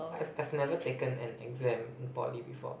I've I've never taken an exam in Poly before